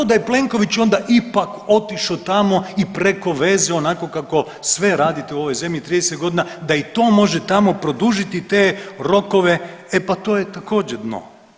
A to da je Plenković onda ipak otišao tamo i preko veze onako kako sve radite u ovoj zemlji, 30 godina, da i to može tamo produžiti te rokove, e pa to je također, dno.